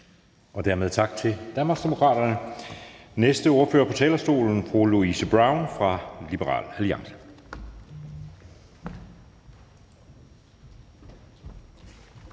Dermed tak til Danmarksdemokraterne. Næste ordfører på talerstolen er fru Louise Brown fra Liberal Alliance.